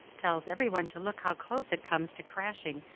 tells everyone to look how close it comes to crashing,